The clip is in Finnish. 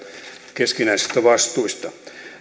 keskinäisistä vastuista